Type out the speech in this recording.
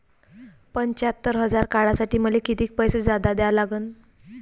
पंच्यात्तर हजार काढासाठी मले कितीक पैसे जादा द्या लागन?